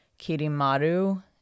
Kirimaru